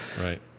Right